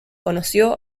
conoció